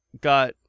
got